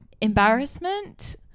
embarrassment